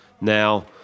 Now